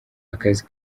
akazi